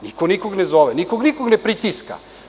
Niko nikog ne zove, niko nikog ne pritiska.